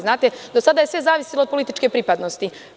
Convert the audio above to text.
Znate, do sada je sve zavisilo od političke pripadnosti.